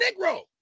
Negro